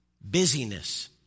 busyness